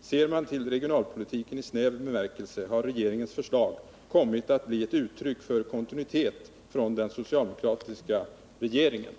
Ser man till regionalpolitiken i snäv bemärkelse har regeringens förslag kommit att bli ett uttryck för kontinuitet från den socialdemokratiska regeringen.”